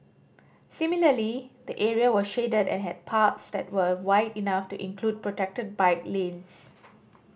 similarly the area was shaded and had paths that were wide enough to include protected bike lanes